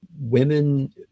women